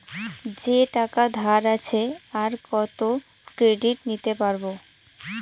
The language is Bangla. যে টাকা ধার আছে, আর কত ক্রেডিট নিতে পারবো?